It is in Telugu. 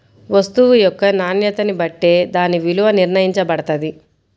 వస్తువు యొక్క నాణ్యతని బట్టే దాని విలువ నిర్ణయించబడతది